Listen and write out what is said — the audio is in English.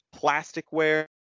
plasticware